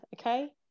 okay